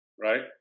right